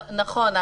נכון.